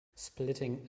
splitting